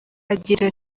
agira